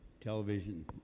television